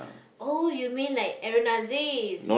oh you mean like Aaron Aziz